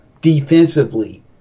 defensively